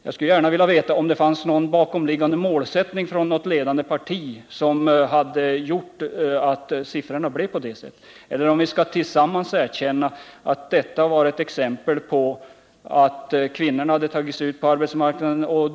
Jag skulle gärna vilja veta om det från något ledande parti fanns någon bakomliggande målsättning, som gjorde att siffrorna blev sådana. Eller skall vi tillsammans erkänna att det är ett exempel på att kvinnorna har tagit sig ut på arbetsmarknaden?